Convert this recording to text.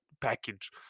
package